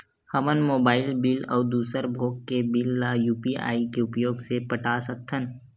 हमन mobile bill अउ दूसर भोग के बिल ला यू.पी.आई के उपयोग से पटा सकथन